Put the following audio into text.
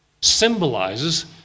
symbolizes